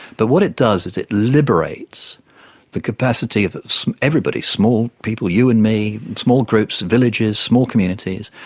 but what it does is it liberates the capacity of everybody, small people, you in me, small groups, villages, small communities,